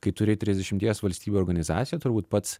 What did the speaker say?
kai turi trisdešimties valstybių organizaciją turbūt pats